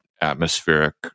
atmospheric